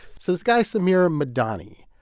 so this guy samir madani,